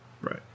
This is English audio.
right